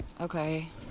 okay